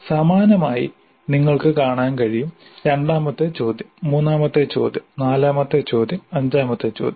സമാനമായി നിങ്ങൾക്ക് കാണാൻ കഴിയും രണ്ടാമത്തെ ചോദ്യം മൂന്നാമത്തെ ചോദ്യം നാലാമത്തെ ചോദ്യം അഞ്ചാമത്തെ ചോദ്യം